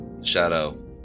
shadow